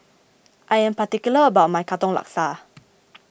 I am particular about my Katong Laksa